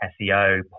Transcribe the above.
SEO